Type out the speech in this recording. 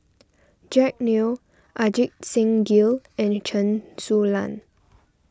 Jack Neo Ajit Singh Gill and Chen Su Lan